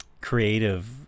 creative